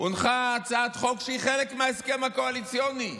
הונחה הצעת חוק, שהיא חלק מההסכם הקואליציוני,